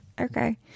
Okay